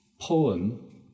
poem